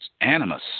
animus